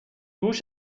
هوش